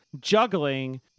juggling